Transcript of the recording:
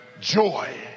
joy